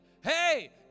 Hey